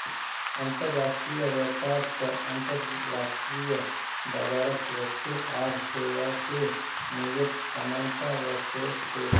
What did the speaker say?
अंतर्राष्ट्रीय व्यापार स अंतर्राष्ट्रीय बाजारत वस्तु आर सेवाके मूल्यत समानता व स छेक